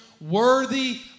worthy